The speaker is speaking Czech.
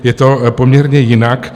Je to poměrně jinak.